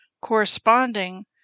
corresponding